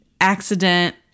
accident